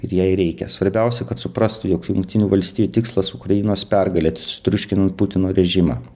ir jai reikia svarbiausia kad suprastų jog jungtinių valstijų tikslas ukrainos pergalė ts sutriuškinant putino režimą